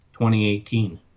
2018